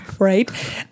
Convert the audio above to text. right